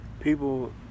People